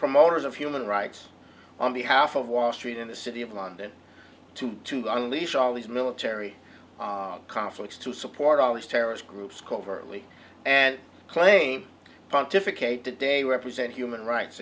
promoters of human rights on behalf of wall street in the city of london to go unleash all these military conflicts to support all these terrorist groups covertly and claim pontificated a represent human rights